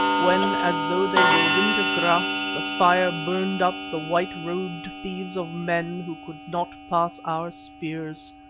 when, as though they were winter grass, the fire burnt up the white-robed thieves of men who could not pass our spears.